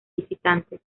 visitantes